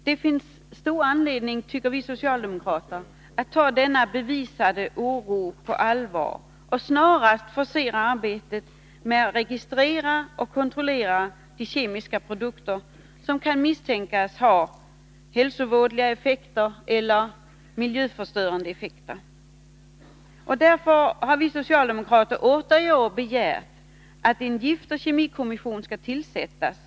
Det finns stor anledning, tycker vi socialdemokrater, att ta denna bevisade oro på allvar och snarast forcera arbetet med att registrera och kontrollera de kemiska produkter som kan misstänkas ha hälsovådliga eller miljöförstörande effekter. Därför har vi socialdemokrater i år återigen begärt att en giftoch kemikommission skall tillsättas.